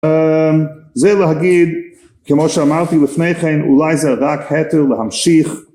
זה להגיד כמו שאמרתי לפני כן אולי זה רק התר להמשיך